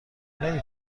نمی